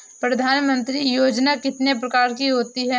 प्रधानमंत्री योजना कितने प्रकार की होती है?